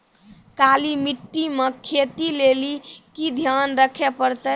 काली मिट्टी मे खेती लेली की ध्यान रखे परतै?